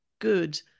good